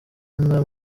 inda